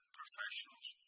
professionals